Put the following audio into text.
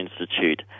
Institute